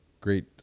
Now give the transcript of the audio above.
Great